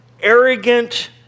arrogant